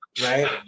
right